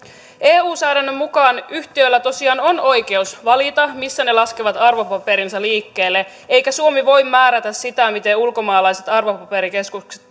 eu säädännön mukaan yhtiöillä tosiaan on oikeus valita missä ne laskevat arvopaperinsa liikkeelle eikä suomi voi määrätä sitä miten ulkomaalaiset arvopaperikeskukset